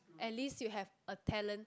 at least you have a talent